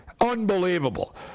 Unbelievable